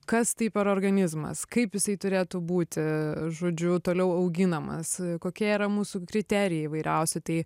kas tai per organizmas kaip jisai turėtų būti žodžiu toliau auginamas kokie yra mūsų kriterijai įvairiausi tai